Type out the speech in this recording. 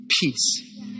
peace